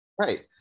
Right